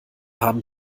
haben